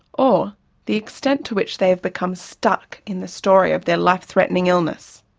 or the extent to which they have become stuck in the story of their life-threatening illness.